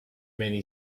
many